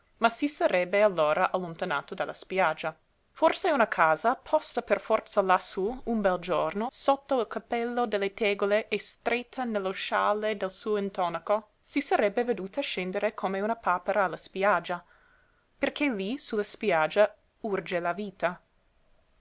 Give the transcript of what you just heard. ma si sarebbe allora allontanato dalla spiaggia forse una casa posta per forza lassú un bel giorno sotto il cappello delle tegole e stretta nello scialle del suo intonaco si sarebbe veduta scendere come una papera alla spiaggia perché lí sulla spiaggia urge la vita